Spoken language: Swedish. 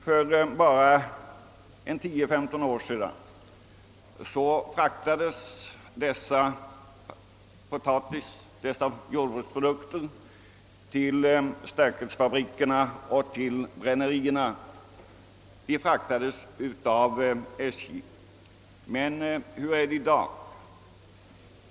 För bara 10—15 år sedan fraktades dessa jordbruksprodukter i stor omfattning till stärkelsefabrikerna och brännerierna av SJ. Men hur är det i dag?